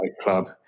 club